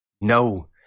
No